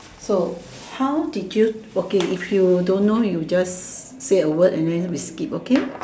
so how did you okay if you don't know you just say a word and then we skip okay